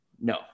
No